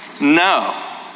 no